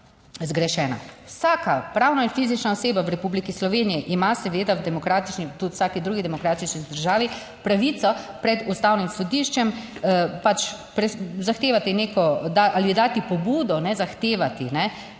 Vsaka pravna in fizična oseba v Republiki Sloveniji ima seveda v demokratični, tudi v vsaki drugi demokratični državi pravico pred Ustavnim sodiščem zahtevati neko ali dati pobudo, ne zahtevati za